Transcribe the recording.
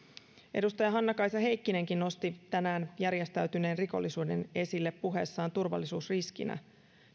edustaja hannakaisa heikkinenkin nosti tänään järjestäytyneen rikollisuuden turvallisuusriskinä